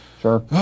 Sure